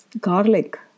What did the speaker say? garlic